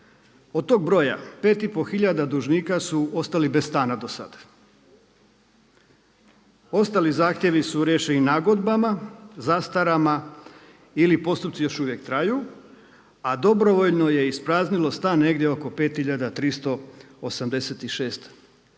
Od tog broja 5,5 hiljada dužnika su ostali bez stana do sada, ostali zahtjevi su riješeni nagodbama, zastarama ili postupci još uvijek traju a dobrovoljno je ispraznilo stan negdje oko 5